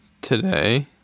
today